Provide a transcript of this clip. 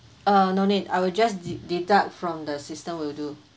err no need I will just de deduct from the system will do